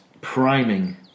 priming